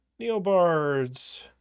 neobards